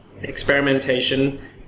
experimentation